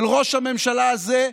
של ראש הממשלה הזה,